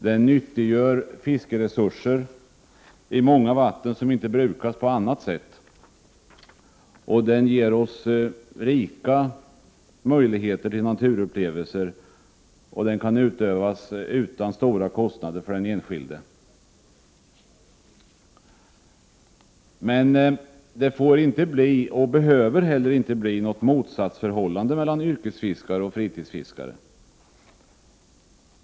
Den nyttiggör fiskeresurser i många vatten som inte brukas på annat sätt, den ger rika möjligheter till naturupplevelser, och den kan utövas utan stora kostnader för den enskilde. Men det får inte bli — och behöver heller inte bli — något motsatsförhållande mellan yrkesfiskare och fritidsfiskare.